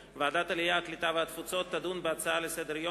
ועדת הכנסת קבעה בישיבתה היום את הוועדות הבאות לדיון בהצעות לסדר-היום,